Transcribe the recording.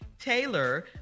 taylor